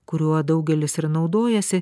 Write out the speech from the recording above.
kuriuo daugelis ir naudojasi